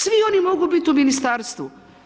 Svi oni mogu biti u ministarstvu.